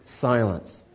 Silence